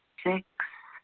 six,